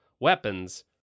weapons